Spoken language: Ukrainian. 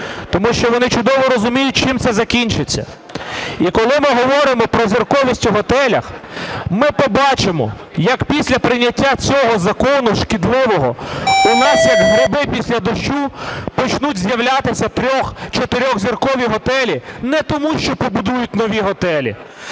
тому що вони чудово розуміють, чим це закінчиться. І коли ми говоримо про зірковість у готелях, ми побачимо як після прийняття цього закону шкідливого, у нас як гриби після дощу почнуть з'являтися три, чотиризіркові готелі не тому, що побудують нові готелі,